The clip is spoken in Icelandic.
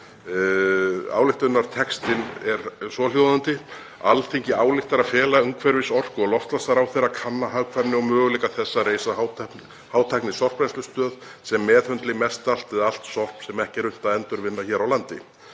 Ályktunartextinn er svohljóðandi: „Alþingi ályktar að fela umhverfis-, orku- og loftslagsráðherra að kanna hagkvæmni og möguleika þess að reisa hátæknisorpbrennslustöð sem meðhöndli mestallt eða allt sorp sem ekki er unnt að endurvinna hér á landi.